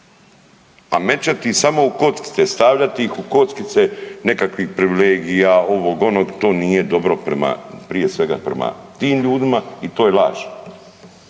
A mećati samo u kockice, stavljati ih u kockice nekakvih privilegija ovog onog to nije dobro prije svega prema tim ljudima i to je laž.